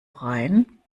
rein